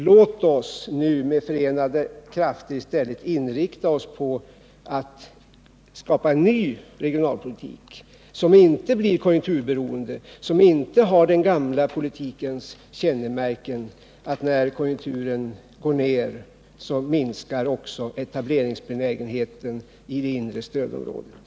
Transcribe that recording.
Låt oss nu med förenade krafter i stället inrikta oss på att skapa en ny regionalpolitik som inte blir konjunkturberoende, som inte har den gamla politikens kännemärke att när konjunkturen går ner minskar etableringsbenägenheten i det inre stödområdet.